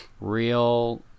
real